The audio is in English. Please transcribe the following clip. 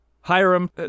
Hiram